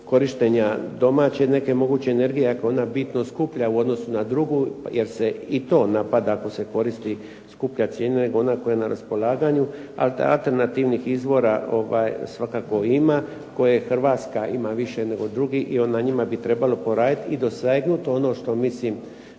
korištenja domaće neke moguće energije iako je ona bitno skuplja u odnosu na drugu jer se i to napada ako se koristi skuplja cijena nego ona koja je na raspolaganju, ali da alternativnih izvora svakako ima koje Hrvatska ima više nego drugi i na njima bi trebalo poraditi i dosegnuti ono što mislim